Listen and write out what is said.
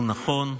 הוא נכון.